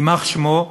יימח שמו,